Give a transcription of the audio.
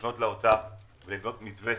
לפנות לאוצר ולבנות מתווה